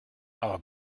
aber